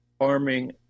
arming